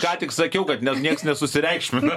ką tik sakiau kad nieks nesusireikšmina